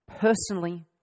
personally